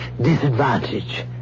disadvantage